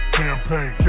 campaign